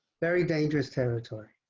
very dangerous territory.